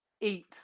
eat